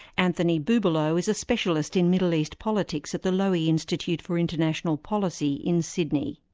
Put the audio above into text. anthony bubalo is a specialist in middle east politics at the lowy institute for international policy in sydney.